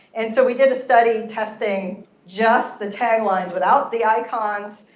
and so we did a study testing just the taglines without the icons.